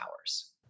hours